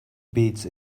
beats